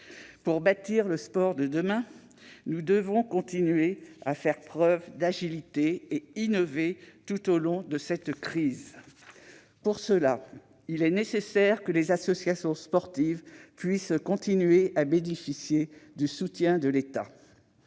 Pour bâtir le sport de demain, nous devons continuer à faire preuve d'agilité et à innover tout au long de cette crise. Pour cela, il est nécessaire que les associations sportives puissent continuer à bénéficier du soutien de l'État.